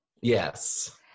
Yes